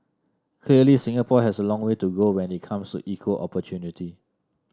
clearly Singapore has a long way to go when it comes to equal opportunity